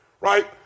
right